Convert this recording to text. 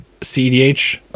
CDH